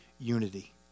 unity